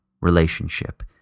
relationship